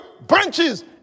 branches